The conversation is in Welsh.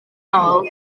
nôl